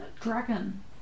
dragon